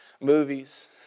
Movies